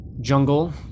jungle